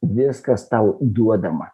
viskas tau duodama